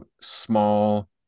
small